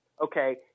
okay